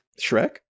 Shrek